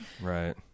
Right